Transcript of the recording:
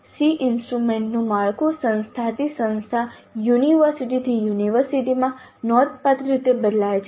SEE ઇન્સ્ટ્રુમેન્ટનું માળખું સંસ્થાથી સંસ્થા યુનિવર્સિટીથી યુનિવર્સિટીમાં નોંધપાત્ર રીતે બદલાય છે